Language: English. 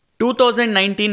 2019